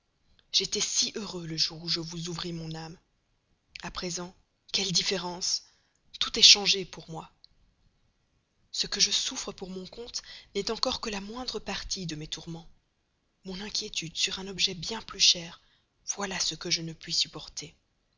j'étais si heureux le jour où je vous ouvris mon âme a présent quelle différence tout est changé pour moi ce que je souffre pour mon compte n'est encore que la moindre partie de mes tourments mon inquiétude sur un objet bien plus cher voilà ce que je ne puis supporter